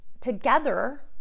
together